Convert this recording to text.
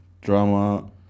drama